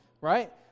Right